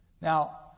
Now